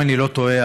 אם אני לא טועה,